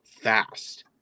fast